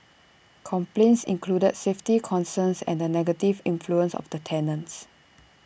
complaints included safety concerns and the negative influence of the tenants